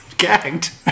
Gagged